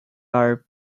are